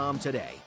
today